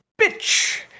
bitch